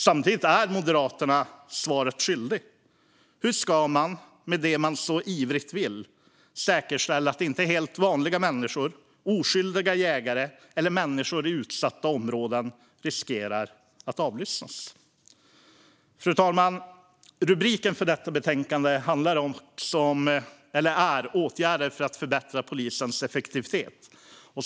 Samtidigt är Moderaterna svaret skyldiga: Hur ska man, med det som man så ivrigt vill ha, säkerställa att inte helt vanliga människor, oskyldiga jägare eller människor i utsatta områden, riskerar att avlyssnas? Fru talman! Rubriken för detta betänkande är Åtgärder för att förbät tr a polisens effek ti vitet .